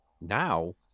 now